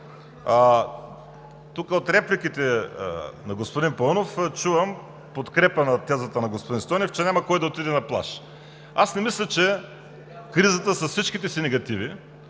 От репликата на господин Паунов чувам подкрепа на тезата на господин Стойнев, че няма кой да отиде на плаж. Не мисля, че кризата с всичките си негативи